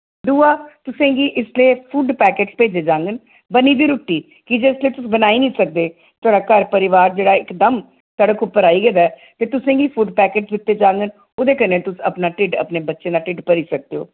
दूआ तुसें गी इसलै फूड पैकट भेजे जाङन बनी दी रुट्टी की जे इसलै तुस बनाई निं सकदे थोआढ़ा घर परिवार जेह्ड़ा इक दम सड़क उप्पर आई गेदा ऐ ते तुसें गी फूड पैकट दित्ते जाङन ओह्दे कन्नै तुस अपना ढिड्ड अपने बच्चें दा ढिड्ड भरी सकदे ओ